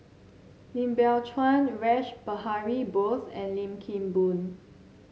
Lim Biow Chuan Rash Behari Bose and Lim Kim Boon